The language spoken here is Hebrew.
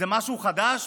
זה משהו חדש?